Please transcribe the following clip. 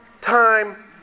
time